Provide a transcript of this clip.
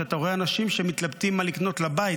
כשאתה רואה אנשים שמתלבטים מה לקנות לבית,